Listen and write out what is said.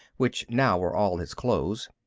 which now were all his clothes.